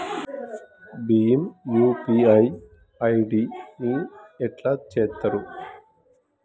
Bhim UPI ID ని ఎట్లా చేత్తరు?